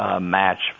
match